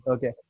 Okay